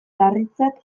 larritzat